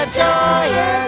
joyous